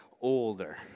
older